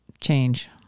change